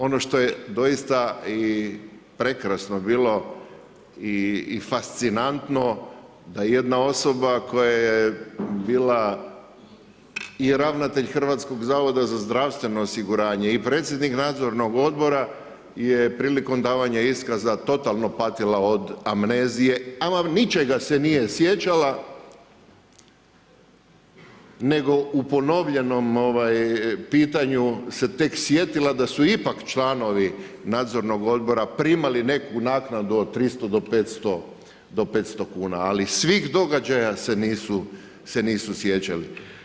Ono što je doista i prekrasno bilo i fascinantno da jedna osoba koja je bila i ravnatelj Hrvatskog zavoda za zdravstveno osiguranje i predsjednik nadzornog odbora je prilikom davanja iskaza totalno patila od amnezije, ama ničega se nije sjećala, nego u ponovljenom pitanju se tek sjetila da su ipak članovi nadzornog odbora primali neku naknadu od 300 do 500 kuna, ali svih događaja se nisu sjećali.